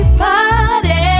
party